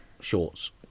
shorts